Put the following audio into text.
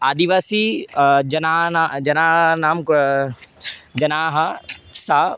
आदिवासी जनान जनानां जनाः सा